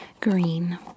green